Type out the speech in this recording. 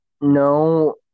no